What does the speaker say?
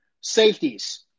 safeties